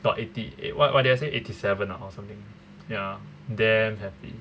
about eighty eight what what did I say eighty seven ah or something ya damn happy